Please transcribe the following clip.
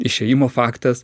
išėjimo faktas